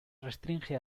restringe